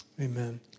Amen